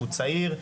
שהוא צעיר,